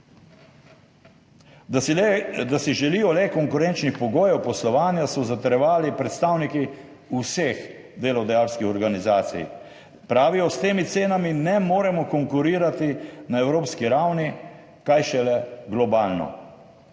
Da si želijo le konkurenčnih pogojev poslovanja, so zatrjevali predstavniki vseh delodajalskih organizacij. Pravijo, da s temi cenami ne morejo konkurirati na evropski ravni, kaj šele globalno.